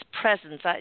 presence